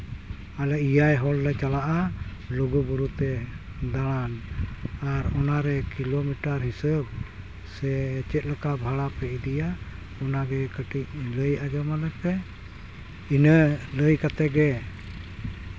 ᱟᱞᱮ ᱮᱭᱟᱭ ᱦᱚᱲ ᱞᱮ ᱪᱟᱞᱟᱜᱼᱟ ᱞᱩᱜᱩᱼᱵᱩᱨᱩ ᱛᱮ ᱫᱟᱬᱟᱱ ᱟᱨ ᱚᱱᱟᱨᱮ ᱠᱤᱞᱳᱢᱤᱴᱟᱨ ᱦᱤᱥᱟᱹᱵ ᱥᱮ ᱪᱮᱫ ᱞᱮᱠᱟ ᱵᱷᱟᱲᱟ ᱯᱮ ᱤᱫᱤᱭᱟ ᱚᱱᱟᱜᱮ ᱠᱟᱹᱴᱤᱡ ᱞᱟᱹᱭ ᱟᱡᱚᱢ ᱟᱞᱮ ᱯᱮ ᱤᱱᱟᱹ ᱞᱟᱹᱭ ᱠᱟᱛᱮᱫ ᱜᱮ